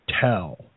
tell